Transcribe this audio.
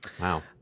Wow